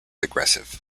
aggressive